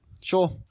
sure